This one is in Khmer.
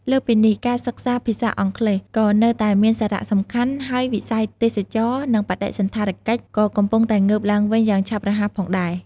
លើសពីនេះ ការសិក្សា ភាសាអង់គ្លេស ក៏នៅតែមានសារៈសំខាន់ ហើយវិស័យ ទេសចរណ៍ និងបដិសណ្ឋារកិច្ច ក៏កំពុងតែងើបឡើងវិញយ៉ាងឆាប់រហ័សផងដែរ។